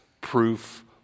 proof